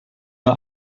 nur